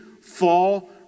fall